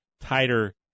tighter